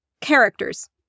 characters